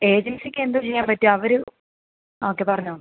ഏജൻസിക്ക് എന്ത് ചെയ്യാൻ പറ്റും അവര് ഓക്കെ പറഞ്ഞോ